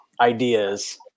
ideas